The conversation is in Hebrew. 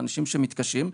לאנשים שמתקשים,